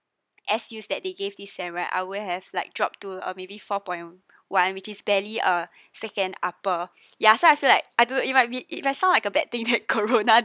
excuse that they gave this sem right I will have like drop to a maybe four point one which is barely a second upper ya so I feel like although it might be it might sound like a bad thing that corona